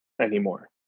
anymore